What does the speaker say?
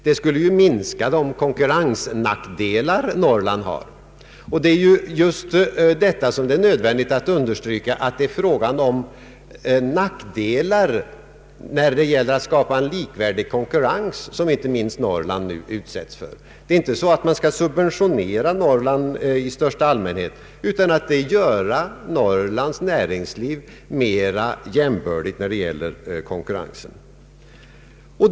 Det skulle minska de nackdelar Norrland har när det gäller att skapa en likvärdig konkurrens. Det gäller ju inte att subventionera Norrland i största allmänhet, utan det gäller att få Norrlands näringsliv mera jämbördigt i konkurrenshänseeende.